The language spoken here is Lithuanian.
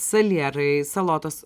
salierai salotos